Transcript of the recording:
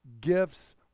gifts